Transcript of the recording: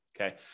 Okay